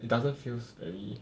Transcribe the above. it doesn't feels very